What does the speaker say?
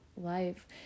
life